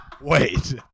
Wait